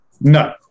No